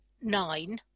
nine